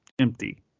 empty